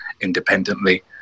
independently